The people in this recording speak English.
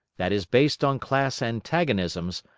that is based on class antagonisms,